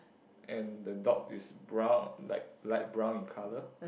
and the dog is brown like light brown in colour